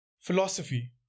philosophy